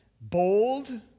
bold